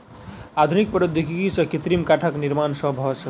आधुनिक प्रौद्योगिकी सॅ कृत्रिम काठक निर्माण भ सकै छै